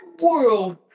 world